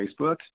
Facebook